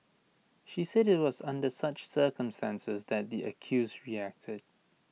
she said IT was under such circumstances that the accused reacted